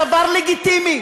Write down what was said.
דבר לגיטימי.